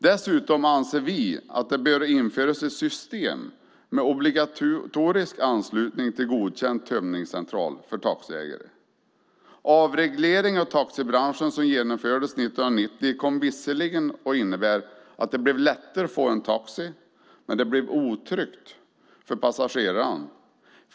Vi anser dessutom att det bör införas ett system med obligatorisk anslutning till godkänd tömningscentral för taxiägare. Den avreglering av taximarknaden som genomfördes 1990 kom visserligen att innebära att det blev lättare att få en taxi, men det blev otryggt för passageraren.